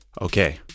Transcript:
Okay